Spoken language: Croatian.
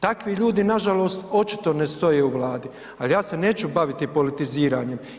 Takvi ljudi, nažalost očito ne stoje u Vladi, ali ja se neću baviti politiziranjem.